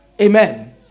Amen